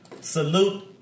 salute